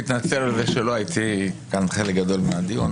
אני מתנצל על זה שלא הייתי כאן חלק גדול מהדיון.